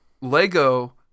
Lego